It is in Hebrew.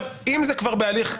אם זה כבר בהליך,